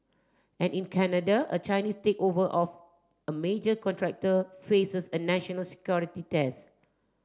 and in Canada a Chinese takeover of a major contractor faces a national security test